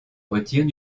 retire